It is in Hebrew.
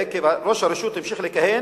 ראש הרשות המשיך לכהן,